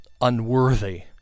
unworthy